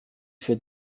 für